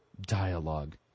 dialogue